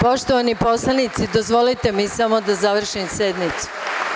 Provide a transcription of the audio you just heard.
Poštovani poslanici, dozvolite mi samo da završim sednicu.